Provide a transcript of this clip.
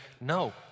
No